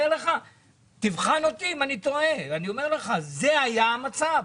תבחן אותי אם אני טועה, זה היה המצב.